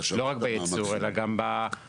לא רק בייצור, אלא גם במכירה.